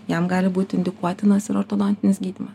jam gali būti indikuotinas ir ortodontinis gydymas